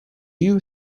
you